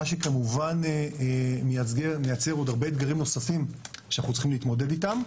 מה שכמובן מייצר עוד הרבה אתגרים נוספים שאנחנו צריכים להתמודד איתם,